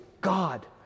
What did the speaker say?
God